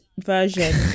version